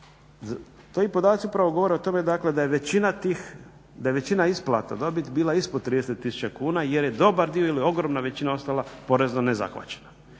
tome dakle da je većina tih, da je većina isplata dobiti bila ispod 30 tisuća kuna jer je dobar dio ili ogromna većina ostala porezom nezahvaćena.